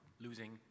losing